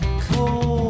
cold